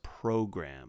program